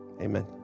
Amen